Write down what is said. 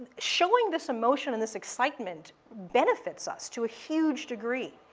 showing this emotion and this excitement benefits us to a huge degree.